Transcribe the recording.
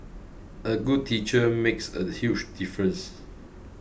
a good teacher makes a huge difference